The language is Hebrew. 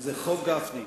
זה לא חוק גפני.